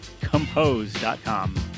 Compose.com